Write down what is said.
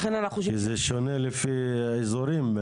כי זה שונה לפי אזורים.